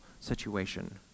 situation